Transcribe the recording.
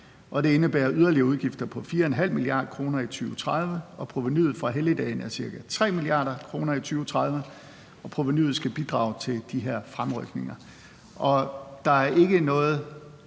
det indebærer yderligere udgifter på 4,5 mia. kr. i 2030. Provenuet fra helligdagen er ca. 3 mia. kr. i 2030 og skal bidrage til de her fremrykninger.